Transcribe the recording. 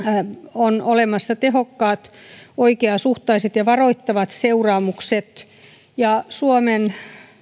on olemassa tehokkaat oikeasuhtaiset ja varoittavat seuraamukset suomen